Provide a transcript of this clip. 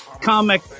Comic